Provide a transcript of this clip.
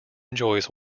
enjoys